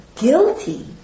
guilty